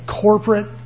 corporate